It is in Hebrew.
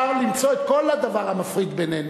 אפשר למצוא את כל הדבר המפריד בינינו.